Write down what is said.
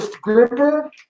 gripper